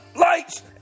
Lights